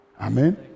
Amen